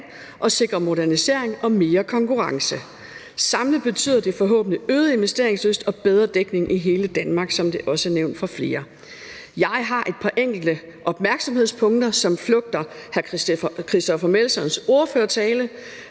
og sikrer modernisering og mere konkurrence. Samlet betyder det forhåbentlig øget investeringslyst og bedre dækning i hele Danmark, hvilket også er nævnt af flere andre. Jeg har et par enkelte opmærksomhedspunkter, som flugter hr. Christoffer Aagaard Melsons ordførertale,